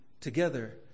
together